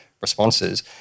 responses